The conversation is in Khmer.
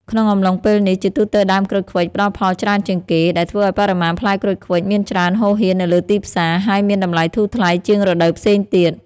ក្នុងអំឡុងពេលនេះ ជាទូទៅដើមក្រូចឃ្វិចផ្តល់ផលច្រើនជាងគេ ដែលធ្វើឲ្យបរិមាណផ្លែក្រូចឃ្វិចមានច្រើនហូរហៀរនៅលើទីផ្សារ ហើយមានតម្លៃធូរថ្លៃជាងរដូវផ្សេងទៀត។